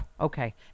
okay